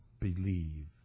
believe